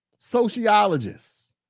Sociologists